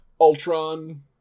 Ultron